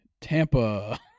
Tampa